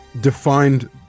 defined